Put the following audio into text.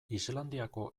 islandiako